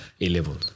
A-level